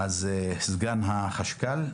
סגן החשב הכללי,